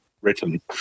written